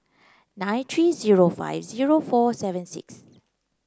nine three zero five zero four seven six